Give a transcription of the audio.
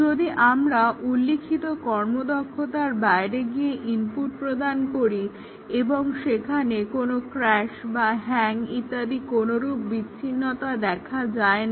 যদি আমরা উল্লিখিত কর্ম দক্ষতার বাইরে গিয়ে ইনপুট প্রদান করি এবং সেখানে কোনো ক্র্যাশ বা হ্যাং ইত্যাদি কোনোরূপ বিচ্ছিন্নতা দেখা যায় না